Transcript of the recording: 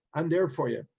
i'm there for you.